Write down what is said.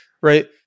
right